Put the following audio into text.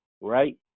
right